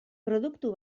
produktu